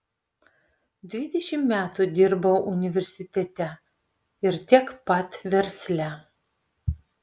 dvidešimt metų dirbau universitete ir tiek pat versle